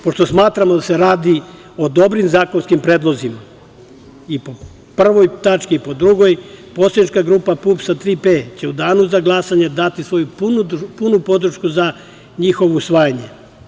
Pošto smatramo da se radi o dobrim zakonskim predlozima, i po 1. i po 2. tački, poslanička grupa PUPS – „Tri P“ će u danu za glasanje dati svoju punu podršku za njihovo usvajanje.